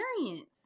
experience